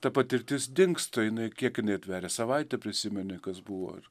ta patirtis dingsta jinai kiek jinai atveria savaitę prisimeni kas buvo ir